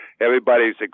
everybody's